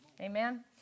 Amen